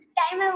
time